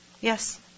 Yes